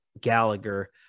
Gallagher